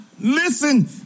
listen